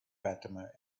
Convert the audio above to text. fatima